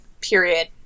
period